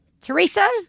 Teresa